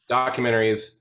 documentaries